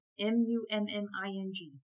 M-U-M-M-I-N-G